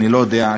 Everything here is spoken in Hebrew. אני לא יודע,